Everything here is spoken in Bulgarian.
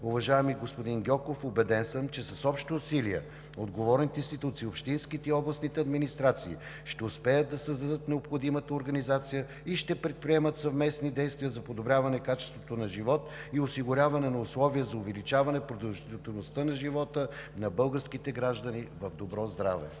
Уважаеми господин Гьоков, убеден съм, че с общи усилия отговорните институции, общинските и областните администрации ще успеят да създадат необходимата организация и ще предприемат съвместни действия за подобряване качеството на живот и осигуряване на условия за увеличаване продължителността на живота на българските граждани в добро здраве.